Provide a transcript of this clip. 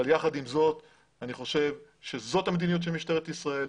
יחד עם זאת אני חושב שזאת המדיניות של משטרת ישראל,